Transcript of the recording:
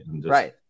Right